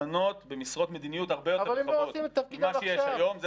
למנות במשרות מדיניות הרבה יותר רחבות ממה שיש היום.